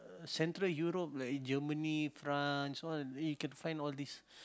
central Europe like Germany France all you can find all this